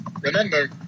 Remember